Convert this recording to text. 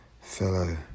fellow